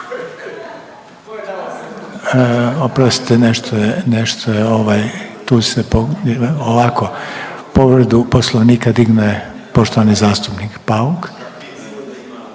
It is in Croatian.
nešto je nešto je ovaj tu se, ovako povredu Poslovnika dignuo je poštovani zastupnik Bauk.